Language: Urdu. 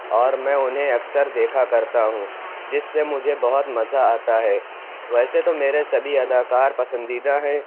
اور میں اُنہیں اکثر دیکھا کرتا ہوں جس سے مجھے بہت مزہ آتا ہے ویسے تو میرے سبھی اداکار پسندیدہ ہیں